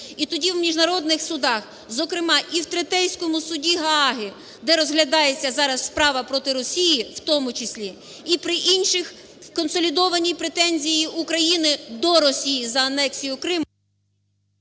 І тоді в міжнародних судах, зокрема і в Третейському суді Гааги, де розглядається зараз справа проти Росії, в тому числі, і при іншиій консолідованій претензії України до Росії за анексію Криму…